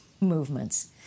movements